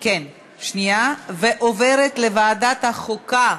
לוועדת החוקה,